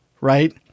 right